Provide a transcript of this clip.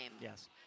Yes